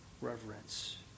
reverence